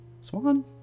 swan